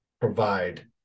provide